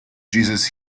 jesus